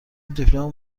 دیپلم